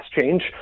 change